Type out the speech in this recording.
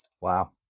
wow